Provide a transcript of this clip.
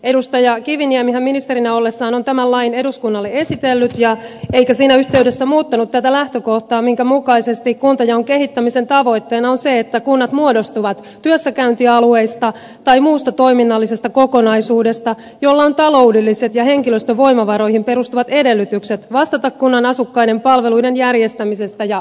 edustaja kiviniemihän ministerinä ollessaan on tämän lain eduskunnalle esitellyt eikä siinä yhteydessä muuttanut tätä lähtökohtaa minkä mukaisesti kuntajaon kehittämisen tavoitteena on se että kunnat muodostuvat työssäkäyntialueista tai muusta toiminnallisesta kokonaisuudesta jolla on taloudelliset ja henkilöstön voimavaroihin perustuvat edellytykset vastata kunnan asukkaiden palveluiden järjestämisestä ja rahoituksesta